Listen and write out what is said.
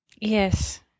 Yes